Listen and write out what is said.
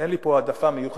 אין לי פה העדפה מיוחדת,